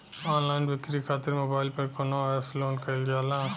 Online बिक्री खातिर mobile पर कवना एप्स लोन कईल जाला?